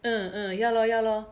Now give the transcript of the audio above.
uh uh ya lor ya lor